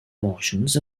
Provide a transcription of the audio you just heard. motions